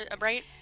right